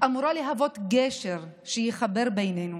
אמורה להוות גשר שיחבר בינינו.